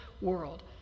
world